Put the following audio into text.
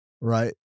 Right